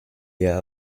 leer